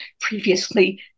previously